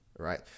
right